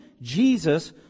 Jesus